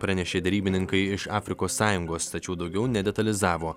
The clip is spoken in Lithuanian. pranešė derybininkai iš afrikos sąjungos tačiau daugiau nedetalizavo